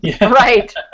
Right